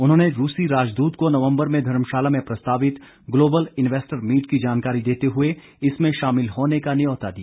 उन्होंने रूसी राजदूत को नवम्बर में धर्मशाला में प्रस्तावित ग्लोबल इंवेस्टर मीट की जानकारी देते हुए इसमें शामिल होने का न्यौता दिया